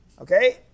Okay